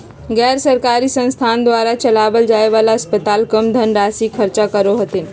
गैर सरकारी संस्थान द्वारा चलावल जाय वाला अस्पताल कम धन राशी खर्च करो हथिन